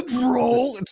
bro